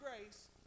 grace